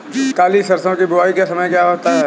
काली सरसो की बुवाई का समय क्या होता है?